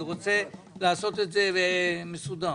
אני רוצה לעשות את זה בצורה מסודרת.